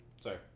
Sorry